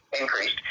increased